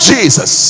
Jesus